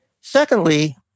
Secondly